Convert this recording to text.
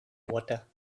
water